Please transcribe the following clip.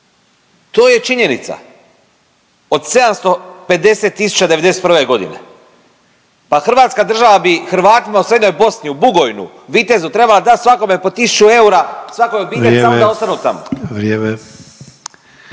To je činjenica. Od 750 tisuća '91. godine, pa hrvatska država bi Hrvatima u srednjoj Bosni u Bogojnu, Vitezu trebala dati svakome po tisuću eura svakoj obitelji … …/Upadica